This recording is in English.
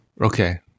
Okay